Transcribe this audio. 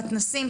מתנסים,